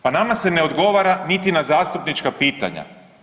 Pa nama se ne odgovara niti na zastupnička pitanja.